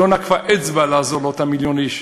לא נקפה אצבע לעזור לאותם מיליון איש.